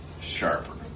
sharper